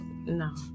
No